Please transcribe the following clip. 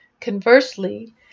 Conversely